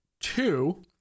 two